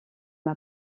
m’a